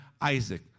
Isaac